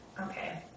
Okay